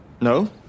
No